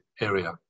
area